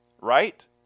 right